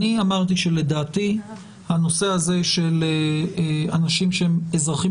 שלדעתי הנושא הזה של אנשים שהם אזרחים